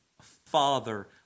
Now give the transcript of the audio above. father